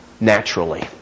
naturally